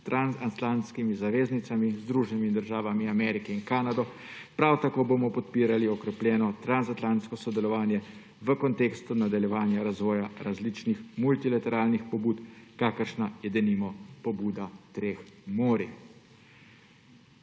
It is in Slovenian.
s transatlantskimi zaveznicami, z Združenimi državami Amerike in Kanado, prav tako bomo podpirali okrepljeno transatlantsko sodelovanje v kontekstu nadaljevanja razvoja različnih multilateralnih pobud, kakršna je denimo Pobuda treh morij.